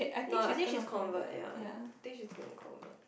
no I think she's convert ya I think she's going to convert